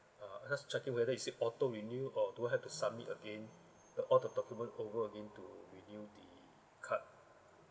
uh I just checking whether is it auto renew or do I have to submit again all the document over again to renew the card